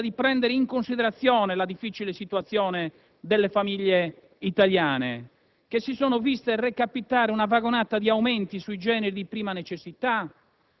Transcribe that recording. E quando il ministro Padoa-Schioppa afferma che le opposizioni fanno dell'allarmismo ingiustificato, viene da pensare che probabilmente vive in un altro Paese